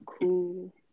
cool